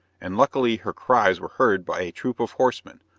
and luckily her cries were heard by a troop of horsemen,